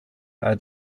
are